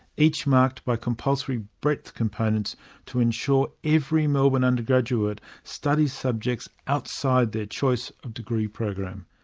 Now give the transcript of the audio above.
each marked by compulsory breadth components to ensure every melbourne undergraduate studies subjects outside their choice of degree program.